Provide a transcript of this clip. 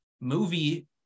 movie